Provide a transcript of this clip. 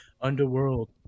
underworld